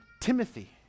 Timothy